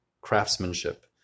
craftsmanship